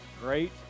great